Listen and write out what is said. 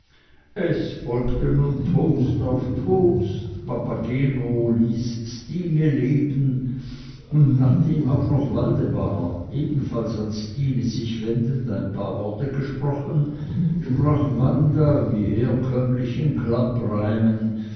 es folgte nun toast auf toast papageno ließ stine leben und nachdem auch noch waldemar ebenfalls an stine sich wendend ein paar worte gesprochen sprach wanda wie herkömmlich in